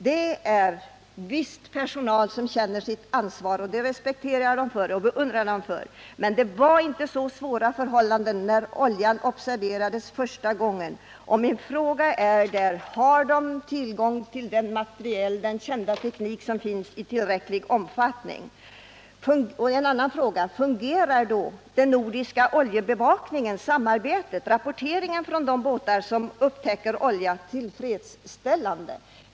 Den personal det är fråga om känner sitt ansvar, och det respekterar och beundrar jag den för. Men det var inte så svåra förhållanden när oljan observerades första gången. Därför är min fråga: Har man i tillräcklig omfattning tillgång till den materiel och den teknik som finns? En annan fråga: Fungerar den nordiska oljebevakningen, samarbetet och rapporteringen från de båtar som upptäcker olja tillfredsställande?